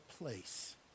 place